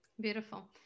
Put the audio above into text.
Beautiful